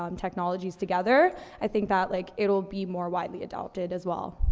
um technologies together, i think that, like, it'll be more widely adopted as well.